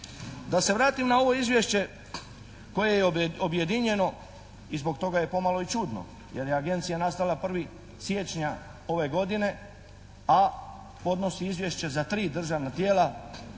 Da se vratim na ovo izvješće koje je objedinjeno i zbog toga je pomalo i čudno jer je agencija nastala 1. siječnja ove godine a odnosi izvješća za tri državna tijela